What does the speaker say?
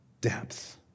Depth